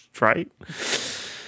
right